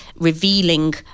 revealing